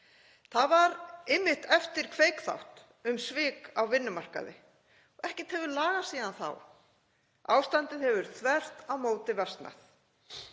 Það var einmitt eftir Kveiksþátt um svik á vinnumarkaði. Ekkert hefur lagast síðan þá. Ástandið hefur þvert á móti versnað.